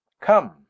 Come